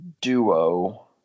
Duo